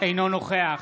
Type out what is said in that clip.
אינו נוכח